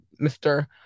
Mr